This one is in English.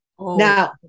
now